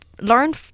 learn